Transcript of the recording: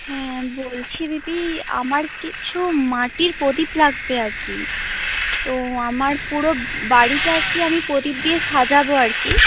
হ্যাঁ বলছি দিদি আমার কিছু মাটির প্রদীপ লাগবে আর কি তো আমার পুরো বাড়িটা আর কি আমি প্রদীপ দিয়ে সাজাব আর কি